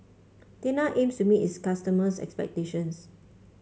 tena aims to meet its customers' expectations